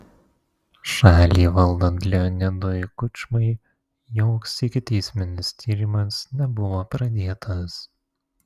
šalį valdant leonidui kučmai joks ikiteisminis tyrimas nebuvo pradėtas